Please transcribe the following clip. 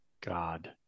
god